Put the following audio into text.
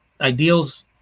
Ideals